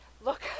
look